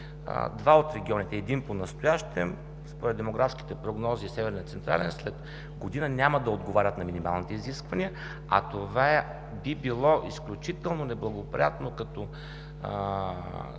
Два от регионите, един понастоящем според демографските прогнози – Северен и Централен, след година няма да отговарят на минималните изисквания, а това би било изключително неблагоприятно като